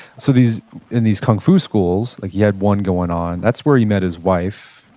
so, these and these kung fu schools, like he had one going on, that's where he met his wife,